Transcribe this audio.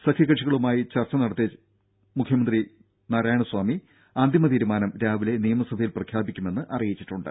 സഖ്യകക്ഷികളുമായി ചർച്ച നടത്തിയ മുഖ്യമന്ത്രി നാരായണ സ്വാമി അന്തിമ തീരുമാനം രാവിലെ നിയമസഭയിൽ പ്രഖ്യാപിക്കുമെന്ന് അറിയിച്ചിട്ടുണ്ട്